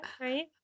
right